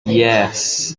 yes